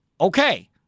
okay